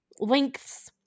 length's